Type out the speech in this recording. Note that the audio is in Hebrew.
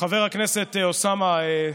חבר הכנסת אוסאמה.